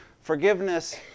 Forgiveness